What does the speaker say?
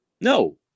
No